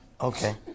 Okay